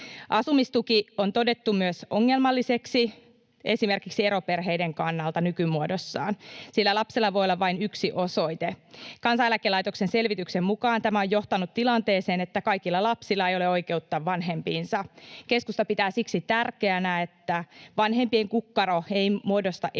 Asumistuki on todettu ongelmalliseksi myös esimerkiksi eroperheiden kannalta nykymuodossaan, sillä lapsella voi olla vain yksi osoite. Kansaneläkelaitoksen selvityksen mukaan tämä on johtanut tilanteeseen, että kaikilla lapsilla ei ole oikeutta vanhempiinsa. Keskusta pitää siksi tärkeänä, että vanhempien kukkaro ei muodosta estettä